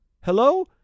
Hello